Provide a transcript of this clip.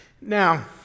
Now